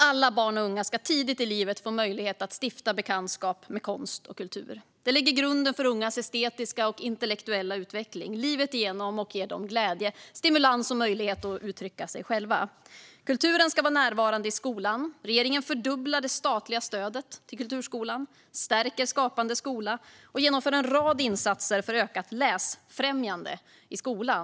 Alla barn och unga ska tidigt i livet få möjlighet att stifta bekantskap med konst och kultur. Detta lägger grunden för ungas estetiska och intellektuella utveckling livet igenom och ger dem glädje, stimulans och möjlighet att uttrycka sig. Kulturen ska vara närvarande i skolan. Regeringen fördubblar det statliga stödet till kulturskolan, stärker Skapande skola och genomför en rad insatser för ökat läsfrämjande i skolan.